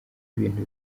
ibintu